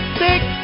big